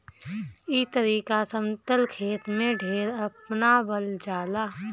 ई तरीका समतल खेत में ढेर अपनावल जाला